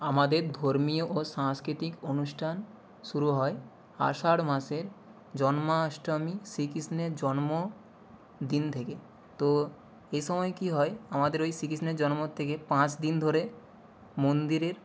আমাদের ধর্মীয় ও সাংস্কৃতিক অনুষ্টান শুরু হয় আষাঢ় মাসে জন্মাষ্টমী শ্রীকৃষ্ণের জন্মদিন থেকে তো এই সময় কী হয় আমাদের ওই শ্রীকৃষ্ণের জন্ম থেকে পাঁচ দিন ধরে মন্দিরের